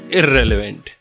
irrelevant